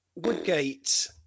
Woodgate